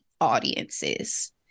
audiences